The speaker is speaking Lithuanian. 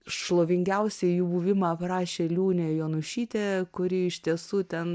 šlovingiausią jų buvimą aprašė liūnė janušytė kuri iš tiesų ten